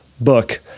book